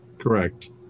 Correct